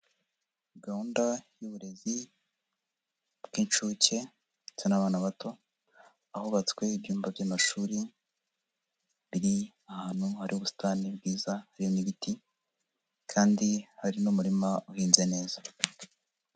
gGahunda y'uburezi bw'inshuke ndetse n'abana bato, ahubatswe ibyumba by'amashuri, biri ahantu hari ubusitani bwiza burimo ibiti kandi hari n'umurima uhinze neza.